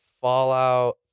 fallout